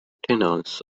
tenors